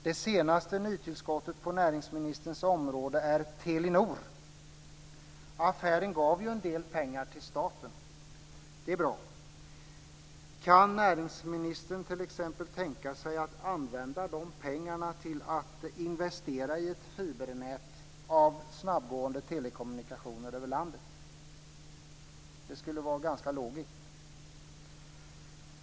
Det senaste nyhetstillskottet på näringsministerns område är Telenor. Affären gav en del pengar till staten. Det är bra. Kan näringsministern t.ex. tänka sig att använda de pengarna till att investera i ett fibernät av snabbgående telekommunikationer över landet? Det skulle vara ganska logiskt.